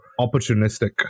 opportunistic